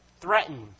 Threatened